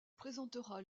présentera